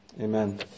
Amen